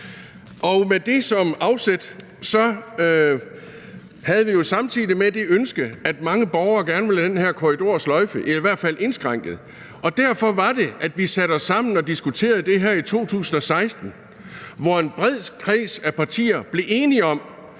Med det som afsæt var der jo samtidig et ønske hos mange borgere om at få den her korridor sløjfet eller i hvert fald indskrænket, og derfor var det, at vi satte os sammen og diskuterede det her i 2016, hvor en bred kreds af partier blev enige om